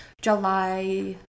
July